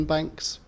Banks